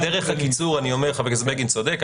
חבר הכנסת בגין צודק.